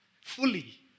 fully